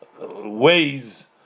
ways